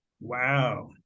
Wow